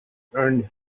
earned